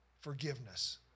forgiveness